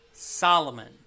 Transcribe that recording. solomon